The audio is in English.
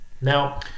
Now